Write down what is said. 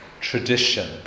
tradition